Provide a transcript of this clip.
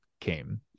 came